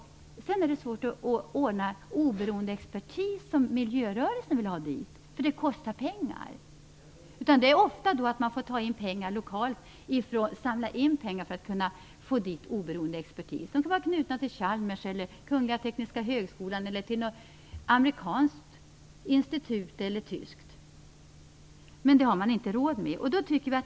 Det är svårt att ordna med oberoende expertis, som miljörörelsen vill anlita, eftersom det kostar pengar. Man får ofta samla in pengar lokalt för att kunna anlita oberoende expertis, knuten till Chalmers, Kungliga tekniska högskolan eller något amerikanskt eller tyskt institut. Annars har man inte råd med detta.